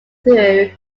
through